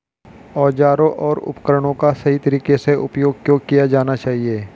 औजारों और उपकरणों का सही तरीके से उपयोग क्यों किया जाना चाहिए?